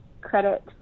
credit